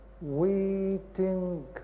waiting